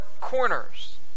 corners